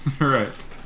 Right